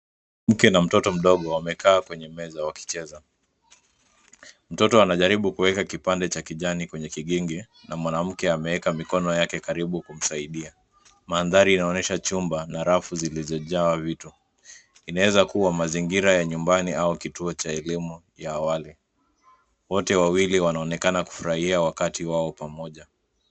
Mke na mtoto mdogo wamekaa kwenye meza wakicheza. Mtoto anajaribu kuweka kipande cha kijani kwenye kigingi, na mwanamke ameweka mikono yake karibu kumsaidia. Mandhari inaonyesha chumba na rafu zilizojaa vitu. Inaweza kuwa mazingira ya nyumbani au kituo cha elimu ya awali. Wote wawili wanaonekana kufurahia wakati wao pamoja.